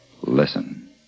Listen